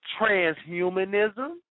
transhumanism